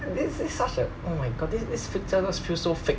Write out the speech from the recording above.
thi~ this is such a oh my god this picture just feels so fake